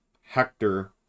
Hector